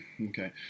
okay